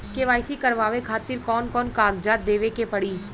KYC करवावे खातिर कौन कौन कागजात देवे के पड़ी?